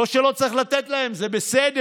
לא שלא צריך לתת להם, זה בסדר.